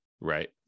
Right